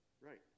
right